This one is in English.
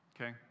okay